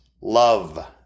love